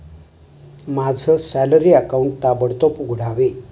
माझं salary account ताबडतोब उघडावे